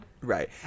Right